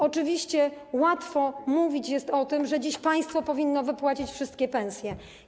Oczywiście łatwo jest mówić o tym, że dziś państwo powinno wypłacić wszystkie pensje.